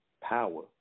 power